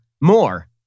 more